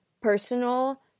personal